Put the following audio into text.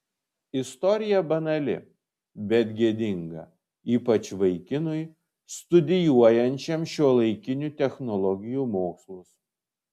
istorija banali bet gėdinga ypač vaikinui studijuojančiam šiuolaikinių technologijų mokslus